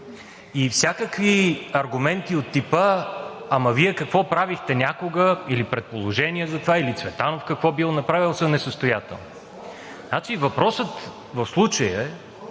и всякакви аргументи от типа: „Ама Вие какво правихте някога?“ – или предположения за това, или Цветанов какво бил направил, са несъстоятелни. Въпросът в случая е